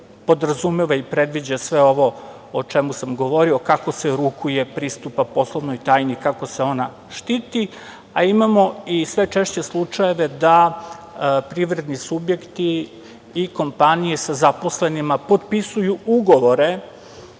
podrazumeva i predviđa sve ovo o čemu sam govorio, kako se rukuje, pristupa poslovnoj tajni, kako se ona štiti. A, sve češće imamo i slučajeve da privredni subjekti i kompanije sa zaposlenima potpisuju ugovore